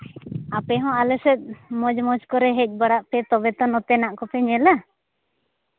ᱟᱯᱮ ᱦᱚᱸ ᱟᱞᱮ ᱥᱮᱫ ᱢᱚᱡᱽ ᱢᱚᱡᱽ ᱠᱚᱨᱮ ᱦᱮᱡ ᱵᱟᱲᱟᱜ ᱯᱮ ᱛᱚᱵᱮ ᱛᱚ ᱱᱚᱛᱮᱱᱟᱜ ᱯᱮ ᱧᱮᱞᱟ